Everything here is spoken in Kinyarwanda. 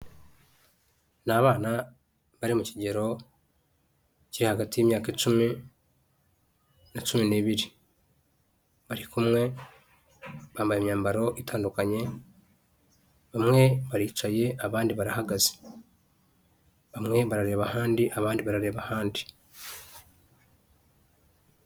Ni abana bari mu kigero kiri hagati y'imyaka icumi na cumi n'ibiri, bari kumwe bambaye imyambaro itandukanye bamwe baricaye abandi barahagaze, bamwe barareba ahandi abandi barareba ahandi.